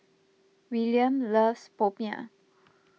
Willian loves Popiah